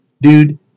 dude